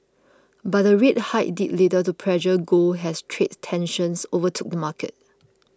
but the rate hike did little to pressure gold has trade tensions overtook the market